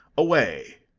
away,